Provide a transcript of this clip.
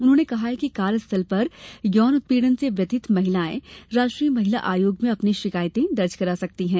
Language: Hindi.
उन्होंने कहा है कि कार्य स्थल पर यौन उत्पीड़न से व्यथित महिलाएं राष्ट्रीय महिला आयोग में अपनी शिकायतें दर्ज करा सकती हैं